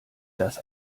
das